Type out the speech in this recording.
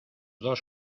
dos